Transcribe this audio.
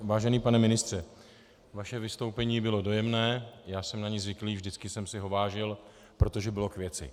Vážený pane ministře, vaše vystoupení bylo dojemné, já jsem na něj zvyklý, vždycky jsem si ho vážil, protože bylo k věci.